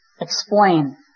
explain